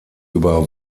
über